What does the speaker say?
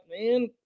man